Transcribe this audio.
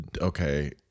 okay